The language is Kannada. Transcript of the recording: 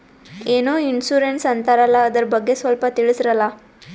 ಏನೋ ಇನ್ಸೂರೆನ್ಸ್ ಅಂತಾರಲ್ಲ, ಅದರ ಬಗ್ಗೆ ಸ್ವಲ್ಪ ತಿಳಿಸರಲಾ?